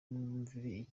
n’imyumvire